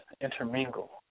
intermingle